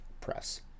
Press